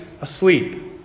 asleep